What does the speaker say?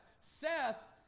Seth